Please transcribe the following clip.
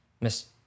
miss